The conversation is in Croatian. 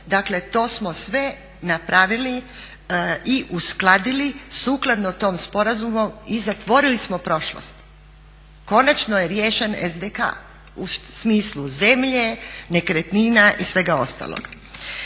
Dakle, to smo sve napravili i uskladili sukladno tom sporazumu i zatvorili smo prošlost. Konačno riješen SDK, u smislu zemlje, nekretnina i svega ostalog.